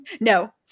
no